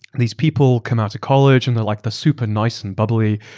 these people come out of college and they're like the super nice and bubbly,